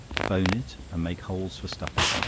bone it, and make holes for stuffing,